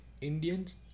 Indians